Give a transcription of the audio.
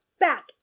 Back